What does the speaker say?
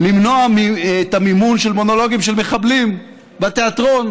למנוע את המימון של מונולוגים של מחבלים בתיאטרון,